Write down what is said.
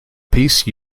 piece